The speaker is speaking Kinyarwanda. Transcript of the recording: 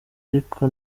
ariko